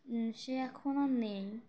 সে এখন আর নেই